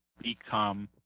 become